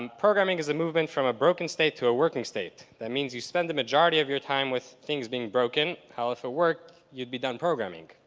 um programming is a movement from a broken state to a working state. that means you spend the majority of your time with things being broken. hell, if it worked, you'd be done programming.